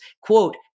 quote